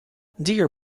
deer